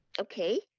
okay